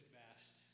best